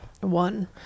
one